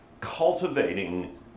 cultivating